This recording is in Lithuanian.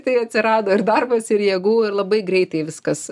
tai atsirado ir darbas ir jėgų ir labai greitai viskas